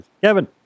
Kevin